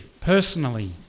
personally